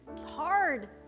hard